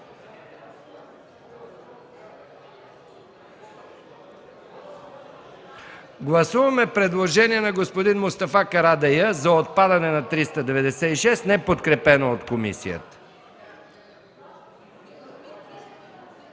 Гласуваме предложението на господин Мустафа Карадайъ за отпадане на чл. 396, неподкрепено от комисията.